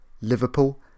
Liverpool